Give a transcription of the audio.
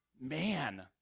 man